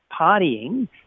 partying